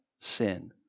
sin